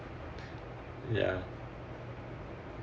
ya